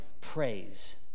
praise